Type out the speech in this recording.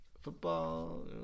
football